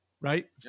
right